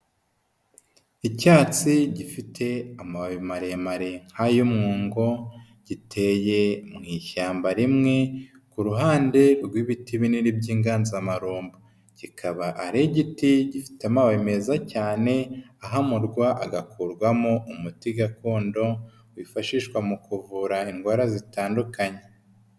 Icyatsi gifite amababi maremare nk'ay'umwungo giteye mu ishyamba rimwe ku ruhande rw'ibiti binini by'inganzamarumbo, kikaba arigiti gifite amababi meza cyane ahamurwa agakurwamo umuti gakondo wifashishwa mu kuvura indwara zitandukanye.